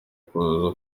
kuza